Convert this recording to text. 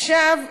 עכשיו,